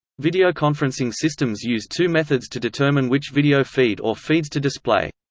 videoconferencing systems use two methods to determine which video feed or feeds to display.